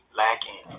lacking